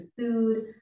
food